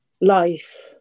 life